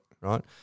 Right